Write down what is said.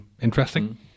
interesting